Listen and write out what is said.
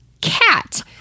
cat